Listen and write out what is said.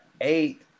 eight